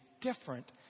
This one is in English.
different